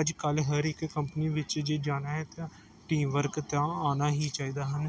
ਅੱਜ ਕੱਲ੍ਹ ਹਰ ਇੱਕ ਕੰਪਨੀ ਵਿੱਚ ਜੇ ਜਾਣਾ ਹੈ ਤਾਂ ਟੀਮ ਵਰਕ ਤਾਂ ਆਉਣਾ ਹੀ ਚਾਹੀਦਾ ਹਨ